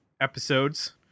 episodes